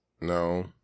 no